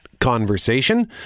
conversation